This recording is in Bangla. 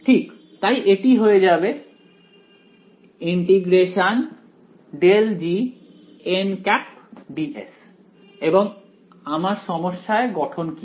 ঠিক তাই এটি হয়ে যাবে ∮∇GdS এবং আমার সমস্যার গঠন কি